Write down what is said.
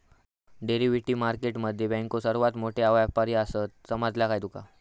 Derivative market मध्ये बँको सर्वात मोठे व्यापारी आसात, समजला काय तुका?